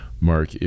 Mark